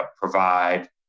provide